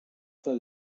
fois